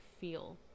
feel